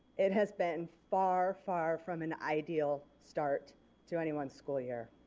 it has been far far from an ideal start to anyone's school year.